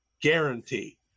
guarantee